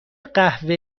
قهوه